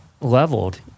leveled